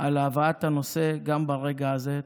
על הבאת הנושא גם ברגע הזה.